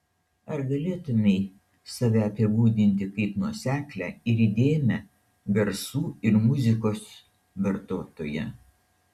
ar galėtumei save apibūdinti kaip nuoseklią ir įdėmią garsų ir muzikos vartotoją